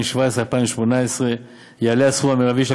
רבותי,